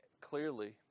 clearly